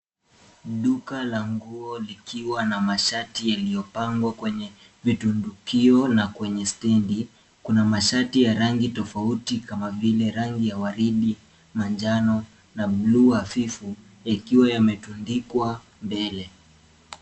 Duka la nguo likiwa na mashati yaliyopangwa kwenye vitundukio. Na kwenye stendi kuna mashati ya rangi tofauti kama vile rangi ya waridi, manjano na buluu hafifu ikiwa yametundikwa mbele.